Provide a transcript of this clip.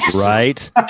Right